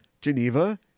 Geneva